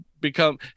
become